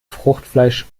fruchtfleisch